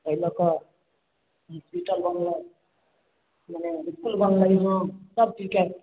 एहि लऽ कऽ हॉस्पिटल बनलै मने इसकुल बनलै हँ सबचीजके